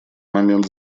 момент